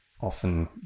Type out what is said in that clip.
often